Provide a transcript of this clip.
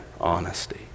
honesty